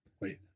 Wait